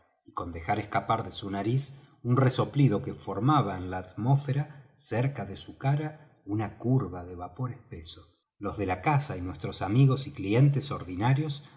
y con dejar escapar de su nariz un resoplido que formaba en la atmósfera cerca de su cara una curva de vapor espeso los de la casa y nuestros amigos y clientes ordinarios